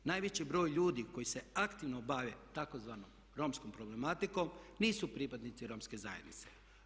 Najveći broj ljudi koji se aktivno bave tzv. romskom problematikom nisu pripadnici romske zajednice.